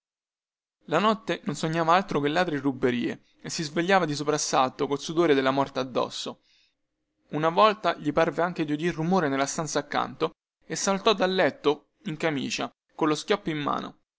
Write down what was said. la notte non sognava altro che ladri e ruberie e si svegliava di soprassalto col sudore della morte addosso una volta gli parve anche di udir rumore nella stanza accanto e saltò dal letto in camicia collo schioppo in mano